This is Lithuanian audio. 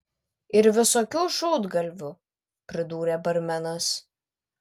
ir visokių šūdgalvių pridūrė barmenas